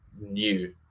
new